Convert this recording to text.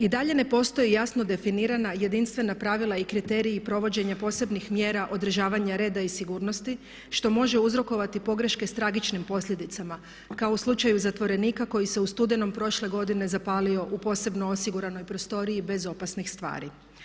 I dalje ne postoji jasno definirana jedinstvena pravila i kriteriji provođenja posebnih mjera održavanja reda i sigurnosti što može uzrokovati pogreške s tragičnim posljedicama kao u slučaju zatvorenika koji se u studenom prošle godine zapalio u posebno osiguranoj prostoriji bez opasnih stvari.